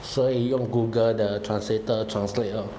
所以用 google 的 translator translate lor